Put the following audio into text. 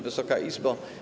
Wysoka Izbo!